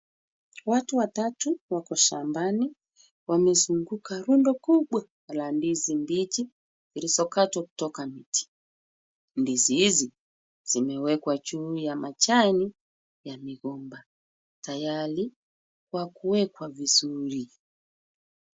Watu watatu wako shambani. Wamezunguka rundo kubwa la ndizi mbichi zilizokatwa kutoka mitini. Ndizi hizi zimewekwa juu ya majani ya migomba tayari kwa kuwekwa vizuri.